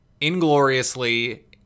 ingloriously